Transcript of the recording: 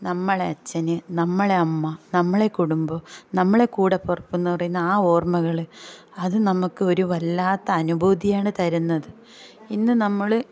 നമ്മളെ അച്ഛൻ നമ്മളെ അമ്മ നമ്മളെ കുടുംബം നമ്മളെ കൂടപ്പിറപ്പെന്ന് പറയുന്ന ആ ഓർമ്മകൾ അത് നമുക്കൊരു വല്ലാത്ത അനുഭൂതിയാണ് തരുന്നത് ഇന്ന് നമ്മൾ